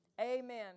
amen